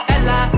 Ella